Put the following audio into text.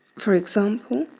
for example,